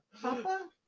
Papa